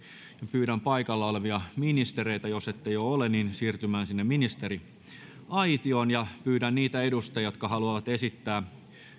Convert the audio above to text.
pyydän paikalla olevia ministereitä siirtymään ministeriaitioon pyydän niitä edustajia jotka haluavat esittää